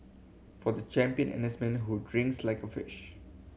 for the champion N S man who drinks like a fish